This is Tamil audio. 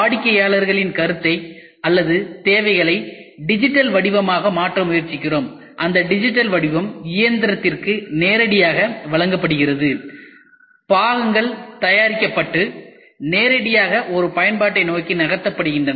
வாடிக்கையாளரின் கருத்தை அல்லது தேவைகளை டிஜிட்டல் வடிவமாக மாற்ற முயற்சிக்கிறோம் அந்த டிஜிட்டல் வடிவம் இயந்திரத்திற்கு நேரடியாக வழங்கப்படுகிறது பாகங்கள் தயாரிக்கப்பட்டு நேரடியாக ஒரு பயன்பாட்டை நோக்கி நகர்த்தப்படுகின்றன